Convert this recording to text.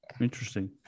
Interesting